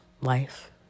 life